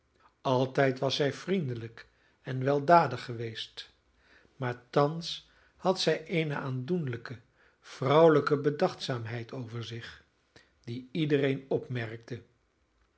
altijd was zij vriendelijk en weldadig geweest maar thans had zij eene aandoenlijke vrouwelijke bedachtzaamheid over zich die iedereen opmerkte